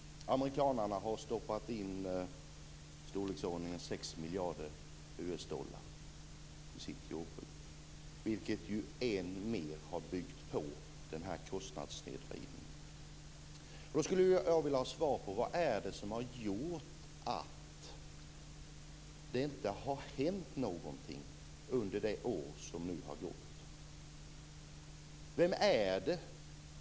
Amerikanarna har stoppat in i storleksordningen 6 miljarder US dollar i sitt jordbruk, vilket än mer har byggt på kostnadssnedvridningen. Jag skulle vilja ha svar på frågan: Vad är det som har gjort att det inte har hänt någonting under det år som nu har gått?